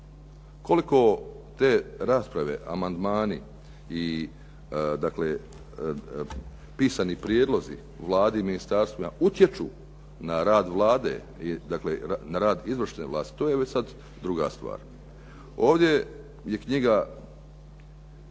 Koliko te rasprave, amandmani i dakle pisani prijedlozi Vladi i ministarstvima utječu na rad Vlade, dakle na rad izvršne vlasti to je već sad druga stvar. Ovdje je knjiga